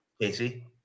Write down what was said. Casey